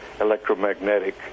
electromagnetic